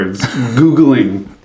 Googling